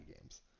games